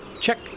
check